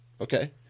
Okay